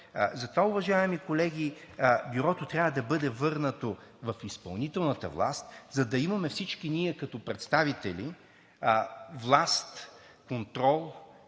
Затова, уважаеми колеги, Бюрото трябва да бъде върнато в изпълнителната власт, за да имаме всички ние като представители власт, контрол,